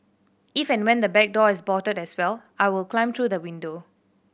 if and when the back door is bolted as well I will climb through the window